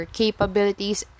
capabilities